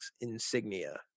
insignia